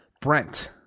Brent